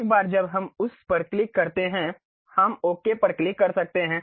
एक बार जब हम उस पर क्लिक करते हैं हम ओके पर क्लिक कर सकते हैं